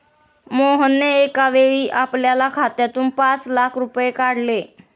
मोहनने एकावेळी आपल्या खात्यातून पाच लाख रुपये काढले